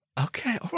Okay